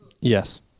Yes